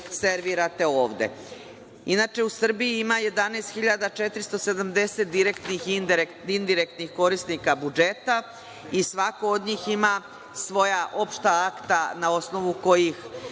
servirate ovde. Inače, u Srbiji ima 11.470 direktnih i indirektnih korisnika budžeta i svako od njih ima svoja opšta akta, na osnovu kojih